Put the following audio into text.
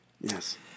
Yes